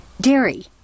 Dairy